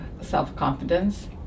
self-confidence